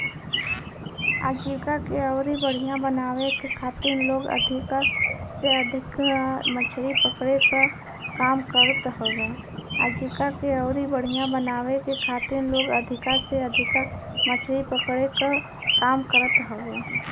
आजीविका के अउरी बढ़ियां बनावे के खातिर लोग अधिका से अधिका मछरी पकड़े क काम करत हवे